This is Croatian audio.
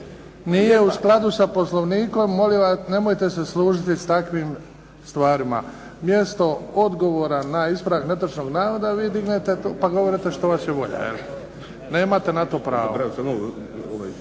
Nije u skladu sa Poslovnikom, molim vas nemojte se služiti s takvim stvarima. Mjesto odgovora na ispravak netočnog navoda, vi govorite što vas je volja. Nemate na to pravo.